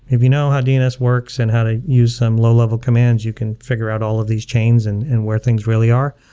if you know how dns works and how to use some low-level commands you can figure out all of these chains and and where things really are,